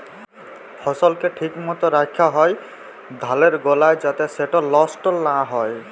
ফসলকে ঠিক মত রাখ্যা হ্যয় ধালের গলায় যাতে সেট লষ্ট লা হ্যয়